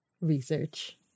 Research